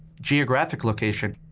geographic location,